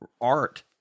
art